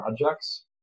projects